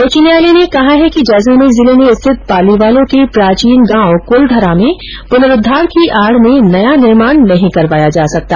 उच्च न्यायालय ने कहा है कि जैसलमेर जिले में स्थित पालीवालों के प्राचीन गांव कुलधरा में पुनरुद्वार की आड़ में नया निर्माण नहीं करवाया जा सकता